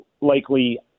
likely